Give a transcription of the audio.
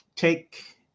take